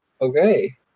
Okay